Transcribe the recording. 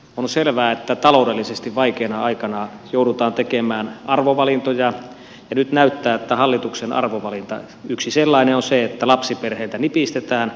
on selvää että taloudellisesti vaikeana aikana joudutaan tekemään arvovalintoja ja nyt näyttää että hallituksen arvovalinta yksi sellainen on se että lapsiperheiltä nipistetään